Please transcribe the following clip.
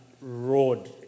road